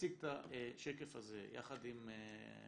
להציג את השקף הזה יחד עם חינוך